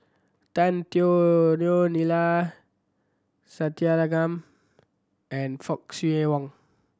Tan Teo Neo Neila Sathyalingam and Fock Siew Wang